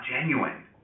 genuine